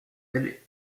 ailes